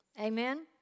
Amen